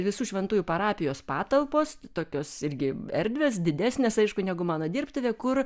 visų šventųjų parapijos patalpos tokios irgi erdvės didesnės aišku negu mano dirbtuvė kur